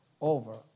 over